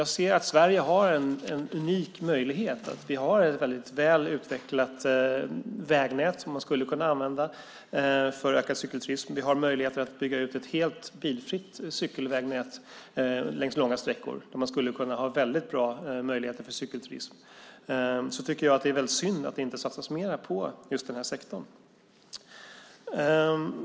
Jag ser att Sverige har en unik möjlighet, att här finns ett väldigt väl utvecklat vägnät som skulle kunna användas för ökad cykelturism. Vi har möjligheter att bygga ut ett helt bilfritt cykelvägnät på långa sträckor. Där skulle det kunna finnas väldigt bra möjligheter till cykelturism. Därför tycker jag att det är väldigt synd att det inte satsas mer på just den här sektorn.